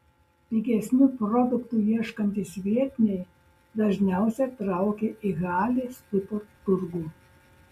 pigesnių produktų ieškantys vietiniai dažniausiai traukia į halės tipo turgų